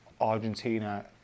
Argentina